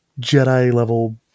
Jedi-level